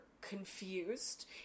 confused